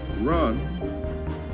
run